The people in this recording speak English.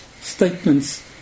statements